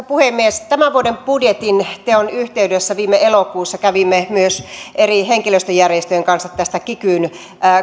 puhemies tämän vuoden budjetin teon yhteydessä viime elokuussa kävimme myös eri henkilöstöjärjestöjen kanssa näistä kikyn